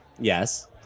Yes